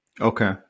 Okay